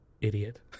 Idiot